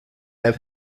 have